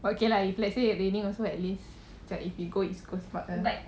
but okay lah if let's say raining also at least it's like if you go east coast park